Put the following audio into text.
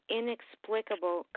inexplicable